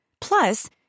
Plus